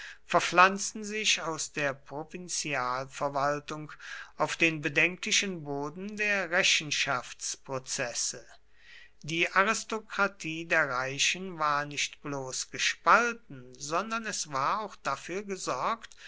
verpflanzten sich aus der provinzialverwaltung auf den bedenklichen boden der rechenschaftsprozesse die aristokratie der reichen war nicht bloß gespalten sondern es war auch dafür gesorgt